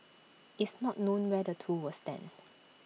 it's not known where the two will stand